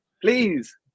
please